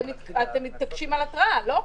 אתם מתעקשים על התראה, לא?